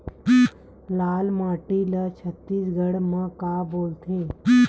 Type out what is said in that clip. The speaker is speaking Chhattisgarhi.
लाल माटी ला छत्तीसगढ़ी मा का बोलथे?